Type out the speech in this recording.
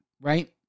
right